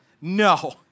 No